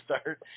start